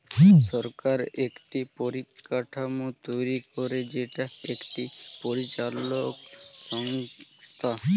সরকার একটি পরিকাঠামো তৈরী করে যেটা একটি পরিচালক সংস্থা